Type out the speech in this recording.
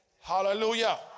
hallelujah